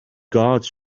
gods